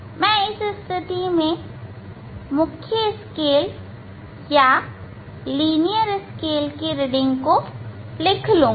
मैं इस स्थिति में इस मुख्य स्केल या लीनियर स्केल की रीडिंग को लिख लूंगा